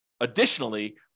additionally